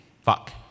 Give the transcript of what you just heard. Fuck